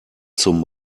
zum